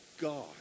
God